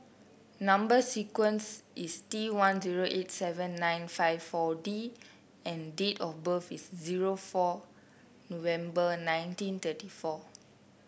number sequence is T one zero eight seven nine five four D and date of birth is zero four November nineteen thirty four